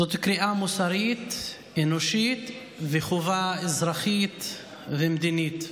זאת קריאה מוסרית, אנושית וחובה אזרחית ומדינית,